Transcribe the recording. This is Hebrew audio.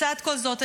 לצד כל זאת,